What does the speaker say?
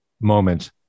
moment